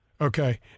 Okay